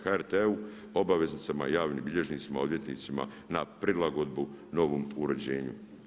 HRT-u, obaveznicama, javnim bilježnicima, odvjetnicima na prilagodbu novom uređenju.